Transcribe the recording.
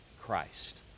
christ